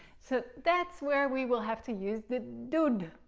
so that's where we will have to use the dud.